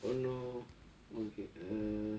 oh no okay uh